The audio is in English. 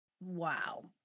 Wow